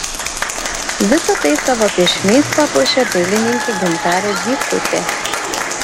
visa tai savo piešiniais papuošė dailininkė gintarė zykutė